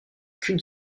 qu’une